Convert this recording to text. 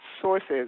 sources